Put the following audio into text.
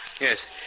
Yes